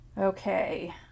Okay